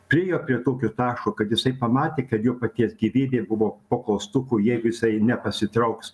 priėjo prie tokio taško kad jisai pamatė kad jo paties gyvybė buvo po klaustuku jeigu jisai nepasitrauks